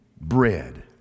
bread